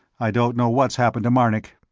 i don't know what's happened to marnik.